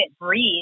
breathe